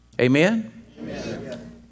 Amen